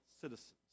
citizens